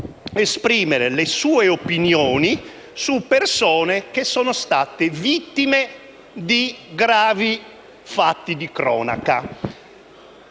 esprimere le sue opinioni su persone che sono state vittime di gravi fatti di cronaca.